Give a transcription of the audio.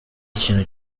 ikintu